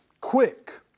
Quick